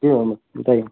जी ma'am बताइए